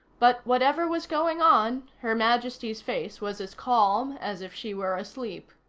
but whatever was going on, her majesty's face was as calm as if she were asleep.